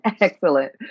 Excellent